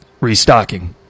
restocking